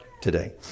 today